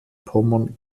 pommern